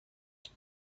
سفید